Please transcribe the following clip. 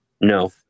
No